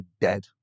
dead